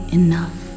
enough